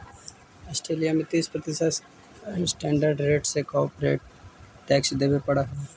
Australia में तीस प्रतिशत स्टैंडर्ड रेट से कॉरपोरेट टैक्स देवे पड़ऽ हई